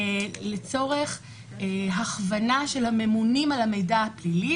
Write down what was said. לצורך הכוונה של הממונים על המידע הפלילי.